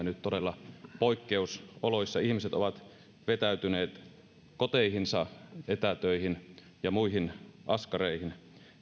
nyt todella poikkeusoloissa ihmiset ovat vetäytyneet koteihinsa etätöihin ja muihin askareihin